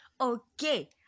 okay